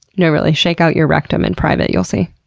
no really, shake out your rectum in private, you'll see.